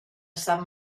sant